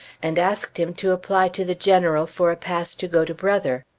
and asked him to apply to the general for a pass to go to brother.